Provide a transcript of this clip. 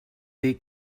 dir